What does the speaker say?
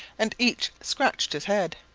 and each scratched his head.